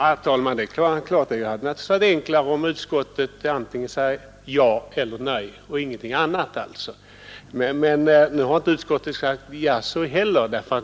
Herr talman! Det är klart att det hade varit enklare om utskottet sagt antingen ja eller nej och ingenting annat. Men nu har inte utskottet sagt jaså heller.